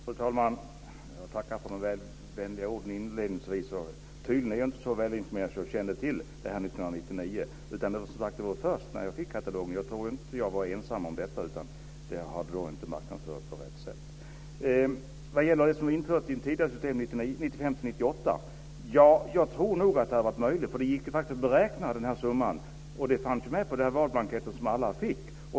Fru talman! Jag tackar för de vänliga orden inledningsvis. Tydligen var jag inte så välinformerad att jag kände till detta 1999. Det var som sagt först när jag fick katalogen som jag fick veta det. Jag tror inte jag var ensam om detta, utan det hade inte marknadsförts på rätt sätt. Vad gäller det som införts i tidigare system 1995 1998 vill jag säga att jag tror att det hade varit möjligt. Det gick faktiskt att beräkna denna summa, och den fanns med på den valblankett som alla fick.